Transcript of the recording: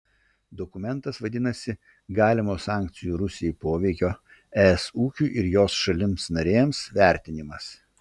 dokumentas vadinasi galimo sankcijų rusijai poveikio es ūkiui ir jos šalims narėms vertinimas